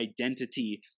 identity